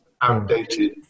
outdated